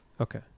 Okay